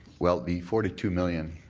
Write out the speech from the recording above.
well, the forty two million,